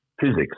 physics